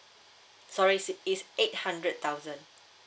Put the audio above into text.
sorry se~ is eight hundred thousand